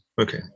okay